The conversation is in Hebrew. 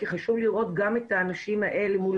כי חשוב לי לראות גם את האנשים האלה מול